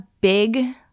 big